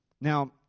Now